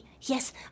Yes